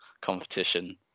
competition